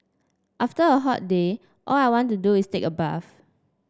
after a hot day all I want to do is take a bath